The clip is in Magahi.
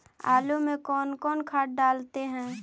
आलू में कौन कौन खाद डालते हैं?